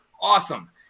Awesome